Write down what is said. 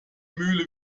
mühle